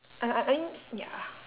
I I I mean ya